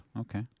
Okay